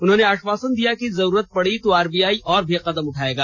उन्होंने आष्वासन दिया कि जरूरत पड़ी तो आरबीआई और भी कदम उठायेगा